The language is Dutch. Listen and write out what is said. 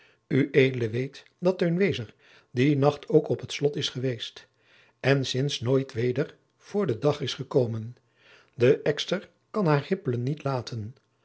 weet dat teun wezer die nacht ook op het slot is geweest en sints nooit weder voor den dag is gekomen de ekster kan haar hippelen niet laten